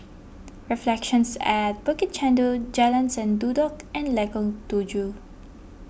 Reflections at Bukit Chandu Jalan Sendudok and Lengkong Tujuh